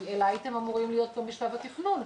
אלא הייתם אמורים להיות פה משלב התכנון,